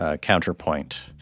counterpoint